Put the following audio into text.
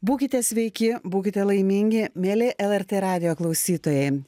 būkite sveiki būkite laimingi mieli lrt radijo klausytojai